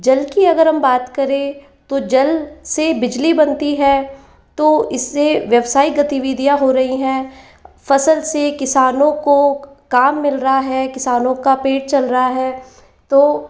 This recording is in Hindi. जल की अगर हम बात करें तो जल से बिजली बनती है तो इससे व्यावसायिक गतिविधियां हो रही है फसल से किसानों को काम मिल रहा है किसानों का पेट चल रहा है तो